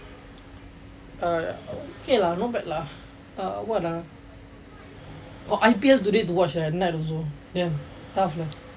err okay lah not bad lah uh what ah oh I_P_L don't need to watch right at night also damn tough lah